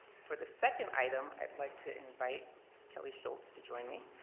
for the second item, i'd like to invite kelly schultz to join me.